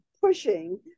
pushing